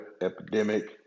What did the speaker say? epidemic